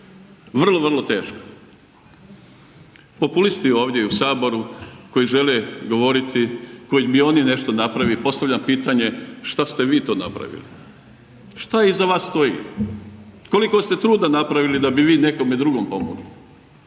vrlo, vrlo teško. Populisti ovdje i u Saboru koji žele govoriti, koji bi oni nešto .../Govornik se ne razumije./... i postavljam pitanje šta ste vi to napravili? Šta iza vas stoji? Koliko ste truda napravili da bi vi nekome drugom pomogli?